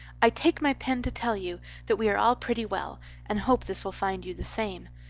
i take my pen to tell you that we are all pretty well and hope this will find you the same.